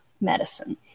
medicine